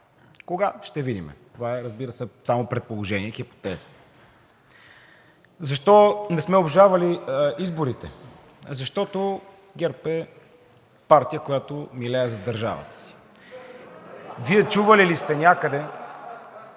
Кога? Ще видим. Това е, разбира се, само предположение, хипотеза. Защо не сме обжалвали изборите? Защото ГЕРБ е партия, която милее за държавата си. (Смях от